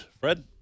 Fred